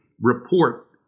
report